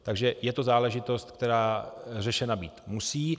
Takže je to záležitost, která řešena být musí.